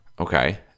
Okay